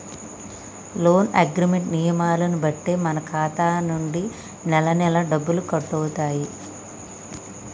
loan agreement నియమాలను బట్టే మన ఖాతా నుంచి నెలనెలా డబ్బులు కట్టవుతాయి